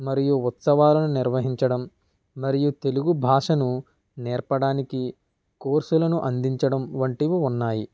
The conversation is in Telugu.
మరియు ఉత్సవాలను నిర్వహించడం మరియు తెలుగు భాషను నేర్పడానికి కోర్సులను అందించడం వంటివి ఉన్నాయి